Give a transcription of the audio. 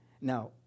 Now